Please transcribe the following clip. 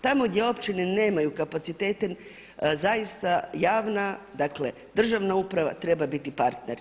Tamo gdje općine nemaju kapacitete zaista javna, dakle državna uprava treba biti partner.